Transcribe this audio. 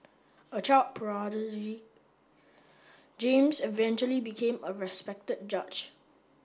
a child prodigy James eventually became a respected judge